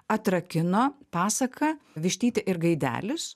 atrakino pasaką vištytė ir gaidelis